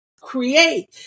create